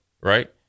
right